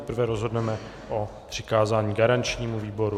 Nejprve rozhodneme o přikázání garančnímu výboru.